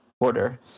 order